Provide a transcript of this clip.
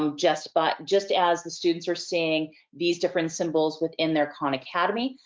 um just but just as the students are seeing these different symbols within their khan academy,